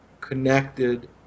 connected